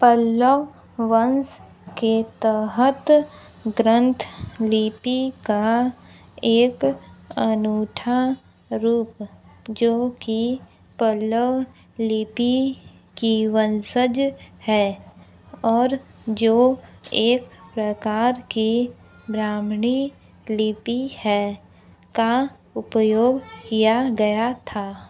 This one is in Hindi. पल्लव वंश के तहत ग्रंथ लिपि का एक अनूठा रूप जो कि पल्लव लिपि की वंशज है और जो एक प्रकार की ब्राह्मी लिपि है का उपयोग किया गया था